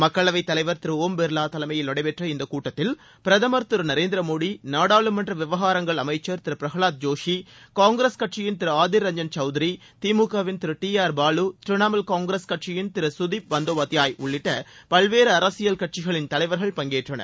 மக்களவை தலைவர் திரு ஒம் பிர்வா தலைமையில் நடைபெற்ற இந்த கூட்டத்தில் பிரதமர் திரு நரேந்திர மோடி நாடாளுமன்ற விவகாரங்கள் அமைச்சர் திரு பிரகலாத் ஜோஷி காங்கிரஸ் கட்சியின் திரு ஆதிர் ரஞ்சன் சவுத்ரி திமுகவின் திரு டி ஆர் பாலு திரிணமுல் காங்கிரஸ் கட்சியின் திரு கதிப் பந்தோபாத்பாய் உள்ளிட்ட பல்வேறு அரசியல் கட்சிகளின் தலைவர்கள் பங்கேற்றனர்